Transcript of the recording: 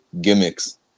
gimmicks